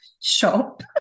shop